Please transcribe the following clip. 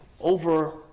over